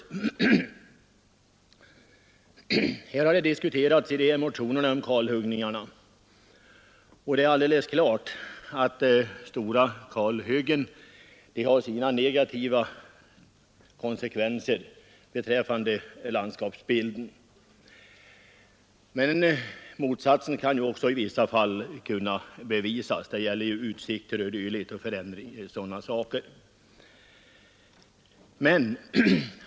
Kalhyggena har tagits upp i de motioner som nu behandlas, och det är alldeles klart att stora kalhyggen har sina negativa konsekvenser på landskapsbilden. Men det kan också påvisas att effekten i vissa fall blir den motsatta genom förändringar av utsikten osv.